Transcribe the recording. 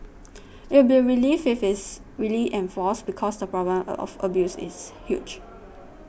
it will be a relief if it is really enforced because the problem of abuse is huge